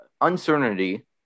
uncertainty